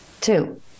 two